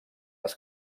les